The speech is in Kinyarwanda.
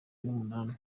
numunani